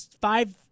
five